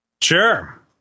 sure